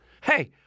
Hey